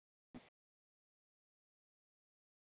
اَدٕ ten to five percent اگر تُہۍ آی فونَس مےٚ دِیِو